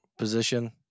position